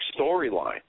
storyline